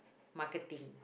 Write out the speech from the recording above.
marketing